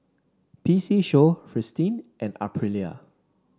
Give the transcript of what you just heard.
P C Show Fristine and Aprilia